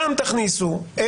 שם תכניסו.